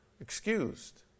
excused